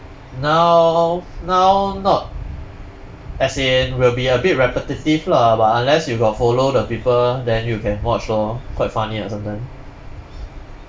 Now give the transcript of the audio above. now now not as in will be a bit repetitive lah but unless you got follow the people then you can watch lor quite funny ah sometimes